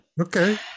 Okay